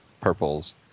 purples